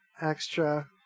extra